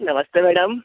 नमस्ते मैडम